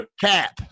cap